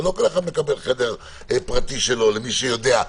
לא כל אחד מקבל חדר פרטי שלו, למי שיודע.